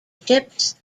chips